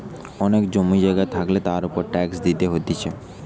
অনেক জমি জায়গা থাকলে তার উপর ট্যাক্স দিতে হতিছে